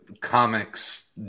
comics